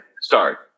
start